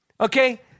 Okay